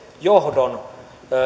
johdon